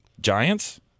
Giants